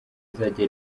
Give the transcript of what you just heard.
azajya